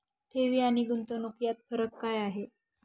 ठेवी आणि गुंतवणूक यात फरक काय आहे?